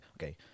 okay